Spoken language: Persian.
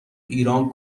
ایران